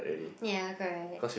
ya correct